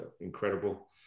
incredible